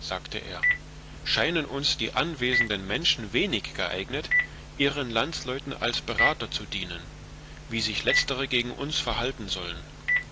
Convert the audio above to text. sagte er scheinen uns die anwesenden menschen wenig geeignet ihren landsleuten als berater zu dienen wie sich letztere gegen uns verhalten sollen